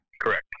Correct